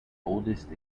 oldest